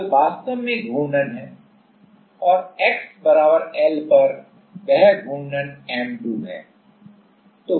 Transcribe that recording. बल वास्तव में घूर्णन है और x L पर वह घूर्णन M2 है